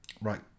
right